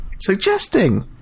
Suggesting